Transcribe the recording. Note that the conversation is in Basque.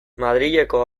madrileko